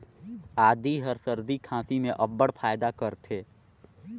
आदी हर सरदी खांसी में अब्बड़ फएदा करथे